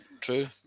True